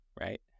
right